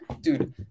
dude